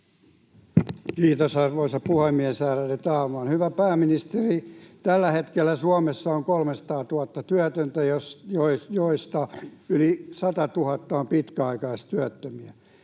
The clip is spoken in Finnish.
Kiitos, arvoisa puhemies, ärade talman! Hyvä pääministeri, tällä hetkellä Suomessa on kolmesataatuhatta työtöntä, joista yli satatuhatta on pitkäaikaistyöttömiä.